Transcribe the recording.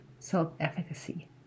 self-efficacy